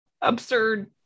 absurd